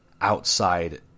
outside